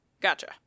Gotcha